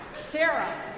sara